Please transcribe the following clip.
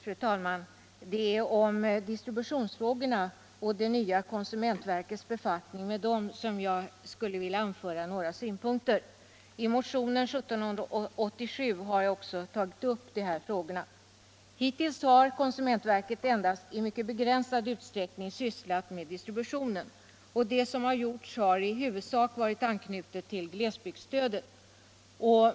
Fru talman! Det är på distributionsfrågorna och det nya konsumentverkets befattning med dem som jag skulle vilja anföra några synpunkter. I motionen 2351 har jag också tagit upp dessa frågor. Hittills har konsumentverket endast i mycket begränsad utsträckning sysslat med distributionen, och det som gjorts har i huvudsak varit an knutet till glesbygdsstödet.